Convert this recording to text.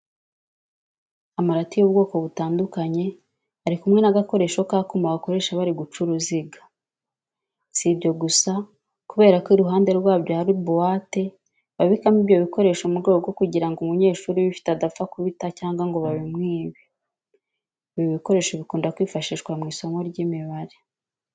Amarati y'ubwoko butandukanye ari kumwe n'agakoresho k'akuma bakoresha bari guca uruziga. Si ibyo gusa kubera ko iruhande rwabyo hari buwate babikamo ibyo bikoresho mu rwego rwo kugira ngo umunyeshuri ubifite adapfa kubita cyangwa ngo babimwibe. Ibi bikoresho bikunda kwifashishwa mu isomo ry'imibare.